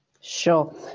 Sure